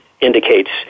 indicates